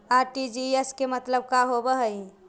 RTGS के मतलब का होव हई?